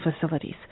facilities